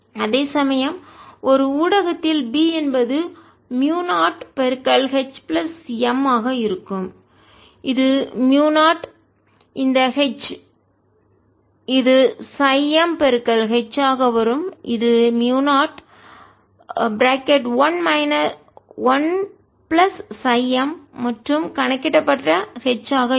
அதேசமயம் ஒரு ஊடகத்தில் B என்பது மியூ0 H பிளஸ் M ஆக இருக்கும் இது மியூ0 இந்த H இது M H ஆக வரும் இது மியூ0 1 பிளஸ் M மற்றும் கணக்கிடப்பட்ட H ஆக இருக்கும்